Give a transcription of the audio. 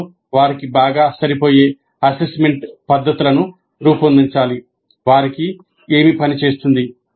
సంస్థలు వారికి బాగా సరిపోయే అసెస్మెంట్ పద్ధతులను రూపొందించాలి వారికి ఏమి పని చేస్తుంది